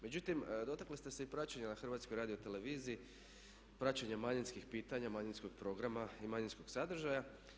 Međutim, dotakli ste se i praćenja na HRT-u praćenja manjinskih pitanja, manjinskog programa i manjinskog sadržaja.